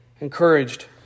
encouraged